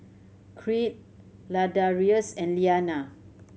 Creed Ladarius and Liana